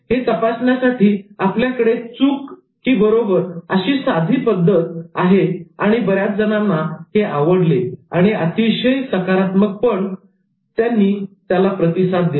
हे तपासण्यासाठी आपल्याकडे चूक की बरोबर अशी साधी पद्धत आहे आणि बऱ्याच जणांना हे आवडले आणि अतिशय सकारात्मक पणे त्यांनी याला प्रतिसाद दिला